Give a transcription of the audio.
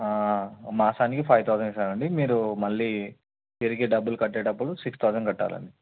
మాసానికి five thousand అండి మీరు మళ్ళీ తిరిగి డబ్బులు కట్టేటప్పుడు సిక్స్ థౌసండ్ కట్టాలి అండి